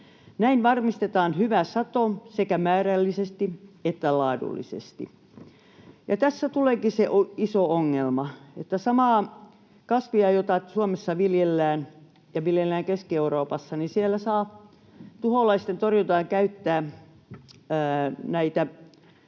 Näin varmistetaan hyvä sato sekä määrällisesti että laadullisesti. Ja tässä tuleekin se iso ongelma, että samaa kasvia, jota viljellään Suomessa, viljellään Keski-Euroopassa ja siellä saa tuholaisten torjuntaan käyttää näitä